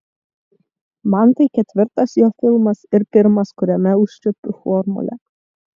man tai ketvirtas jo filmas ir pirmas kuriame užčiuopiu formulę